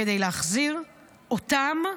כדי להחזיר אותם,